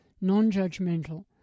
non-judgmental